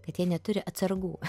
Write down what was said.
kad jie neturi atsargų